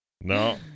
No